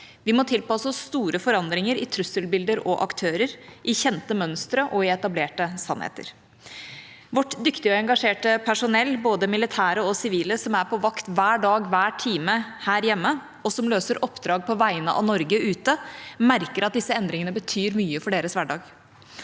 Vi må tilpasse oss store forandringer i trusselbilder og aktører, i kjente mønstre og i etablerte sannheter. Vårt dyktige og engasjerte personell, både militære og sivile som er på vakt hver dag, hver time her hjemme, og som løser oppdrag på vegne av Norge ute, merker at disse endringene betyr mye for deres hverdag.